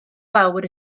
fawr